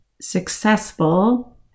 successful